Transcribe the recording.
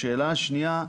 השאלה השנייה היא